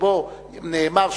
שבו נאמר,